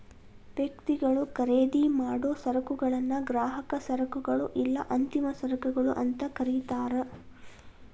ವ್ಯಕ್ತಿಗಳು ಖರೇದಿಮಾಡೊ ಸರಕುಗಳನ್ನ ಗ್ರಾಹಕ ಸರಕುಗಳು ಇಲ್ಲಾ ಅಂತಿಮ ಸರಕುಗಳು ಅಂತ ಕರಿತಾರ